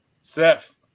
Seth